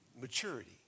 maturity